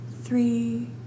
three